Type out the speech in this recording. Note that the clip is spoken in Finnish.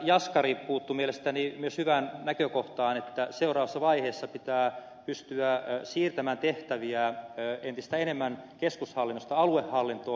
jaskari puuttui mielestäni myös hyvään näkökohtaan että seuraavassa vaiheessa pitää pystyä siirtämään tehtäviä entistä enemmän keskushallinnosta aluehallintoon